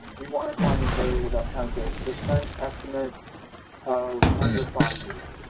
we want to find an area that has a percent estimate of under five year old,